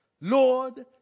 lord